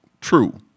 true